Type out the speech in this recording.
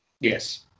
Yes